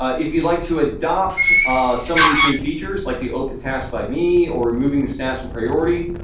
if you'd like to adopt some of these new features like the open task by me or removing the status and priority,